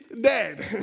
dead